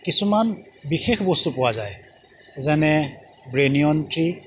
কিছুমান বিশেষ বস্তু পোৱা যায় যেনে ব্ৰেনিয়ন ট্ৰী